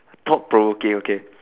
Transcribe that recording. thought provoking okay